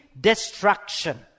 destruction